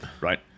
Right